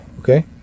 Okay